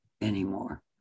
anymore